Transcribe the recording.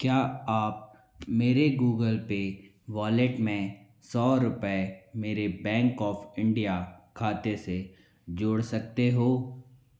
क्या आप मेरे गूगल पे वॉलेट में सौ रूपए मेरे बैंक ऑफ़ इंडिया खाते से जोड़ सकते हो